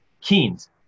Keynes